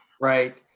right